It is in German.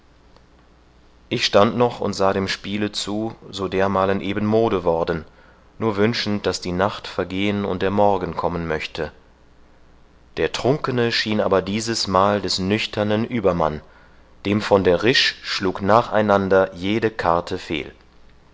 ich stand noch und sah dem spiele zu so dermalen eben mode worden nur wünschend daß die nacht vergehen und der morgen kommen möchte der trunkene schien aber dieses mal des nüchternen übermann dem von der risch schlug nach einander jede karte fehl